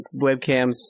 webcams